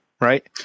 right